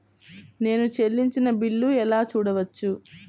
నేను చెల్లించిన బిల్లు ఎలా చూడవచ్చు?